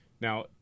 Now